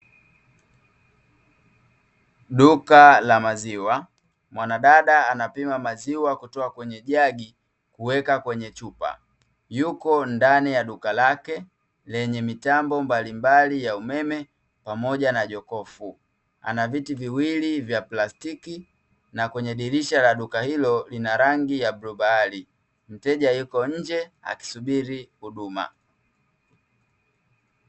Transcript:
Duka la maziwa mwanadada anapima maziwa kutoa kwenye jagi kuweka kwenye chupa, yupo ndani ya duka lake lenye mitambo mbalimbali ya umeme pamoja na jokofu, ana viti viwili vya plastiki na kwenye dirisha la duka hilo lina rangi ya bluu bahari, mteja yupo nje akisubiri huduma.